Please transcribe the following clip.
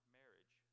marriage